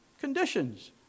conditions